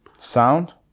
sound